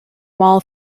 mall